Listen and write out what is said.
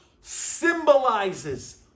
symbolizes